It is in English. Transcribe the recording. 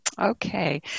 Okay